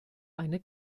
eine